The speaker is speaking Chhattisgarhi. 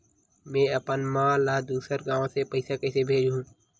में अपन मा ला दुसर गांव से पईसा कइसे भेजहु?